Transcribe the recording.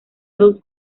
dos